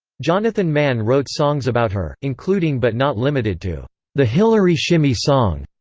jonathan mann wrote songs about her, including but not limited to the hillary shimmy song,